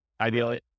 ideally